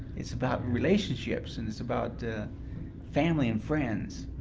it's about relationships, and it's about family and friends.